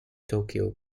tokyo